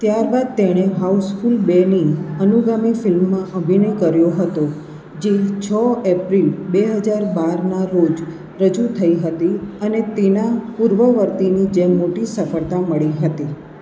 ત્યારબાદ તેણે હાઉસફુલ બેની અનુગામી ફિલ્મમાં અભિનય કર્યો હતો જે છ એપ્રિલ બે હજાર બારના રોજ રજૂ થઈ હતી અને તેના પૂર્વવર્તીની જેમ મોટી સફળતા મળી હતી